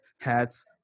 hats